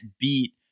beat